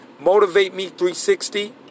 motivateme360